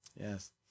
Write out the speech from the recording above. Yes